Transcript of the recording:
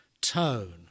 tone